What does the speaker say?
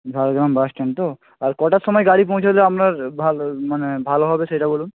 Jhargram bus stand তো আর কটার সময় গাড়ি পৌঁছোলে আপনার ভালো মানে ভালো হবে সেইটা বলুন